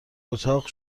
اتاق